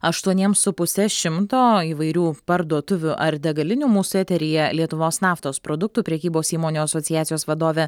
aštuoniems su puse šimto įvairių parduotuvių ar degalinių mūsų eteryje lietuvos naftos produktų prekybos įmonių asociacijos vadove